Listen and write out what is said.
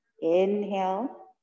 Inhale